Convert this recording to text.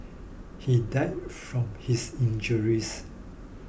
he died from his injuries